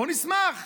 בואו נשמח,